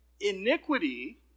iniquity